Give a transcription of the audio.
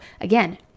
Again